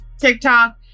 TikTok